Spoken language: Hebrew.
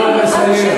חקלאים,